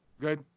Good